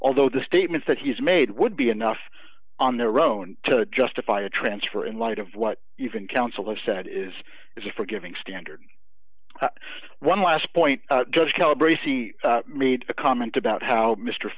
although the statements that he's made would be enough on their own to justify a transfer in light of what even counselor said is is a forgiving standard one last point just calibrate he made a comment about how mr